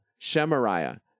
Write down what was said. Shemariah